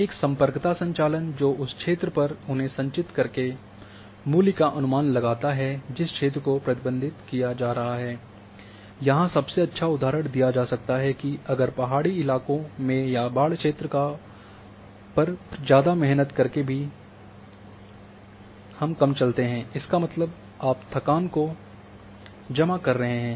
एक सम्पर्कता संचालन जो उस क्षेत्र पर उन्हें संचित करके मूल्य का अनुमान लगाता है जिस क्षेत्र को प्रतिबंधित किया जा रहा है यहाँ सबसे अच्छा उदाहरण दिया जा सकता है कि अगर पहाड़ी इलाकों में या बाढ़ क्षेत्र पर ज़्यादा मेहनत करके भी कम चलते हैं इसका मतलब है आप थकान को जमा कर रहे हैं